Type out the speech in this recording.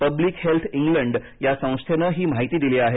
public health England या संस्थेनं ही माहिती दिली आहे